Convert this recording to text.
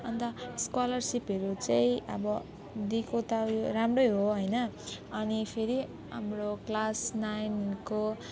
अन्त स्कोलरसिपहरू चाहिँ अब दिएको त राम्रै हो होइन अनि फेरि हाम्रो क्लास नाइनको